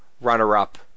runner-up